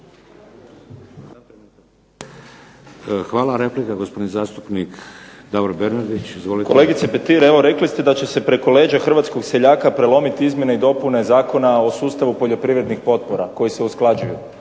Hvala. Replika, gospodin zastupnik Davor Bernardić. **Bernardić, Davor (SDP)** Kolegice Petir evo rekli ste da će se preko leđa hrvatskog seljaka prelomiti izmjene i dopune Zakona o sustavu poljoprivrednih potpora koje se usklađuju.